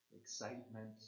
excitement